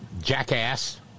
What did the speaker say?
jackass